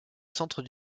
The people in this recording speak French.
centre